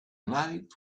night